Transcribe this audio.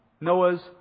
Noah's